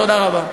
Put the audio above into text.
תודה רבה.